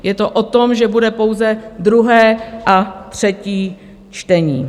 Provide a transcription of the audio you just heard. Je to o tom, že bude pouze druhé a třetí čtení.